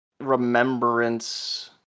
remembrance